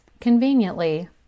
conveniently